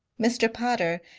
mr. potter,